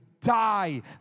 die